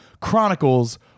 Chronicles